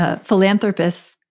philanthropists